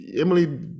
Emily